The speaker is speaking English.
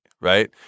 right